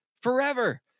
forever